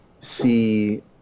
see